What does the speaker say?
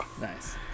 nice